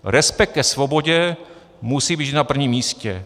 Respekt ke svobodě musí být vždy na prvním místě.